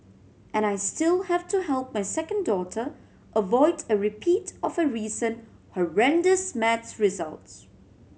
and I still have to help my second daughter avoid a repeat of her recent horrendous maths results